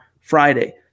Friday